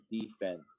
defense